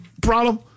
problem